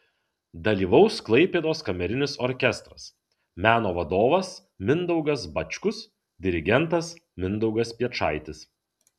dalyvaus klaipėdos kamerinis orkestras meno vadovas mindaugas bačkus dirigentas mindaugas piečaitis